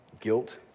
guilt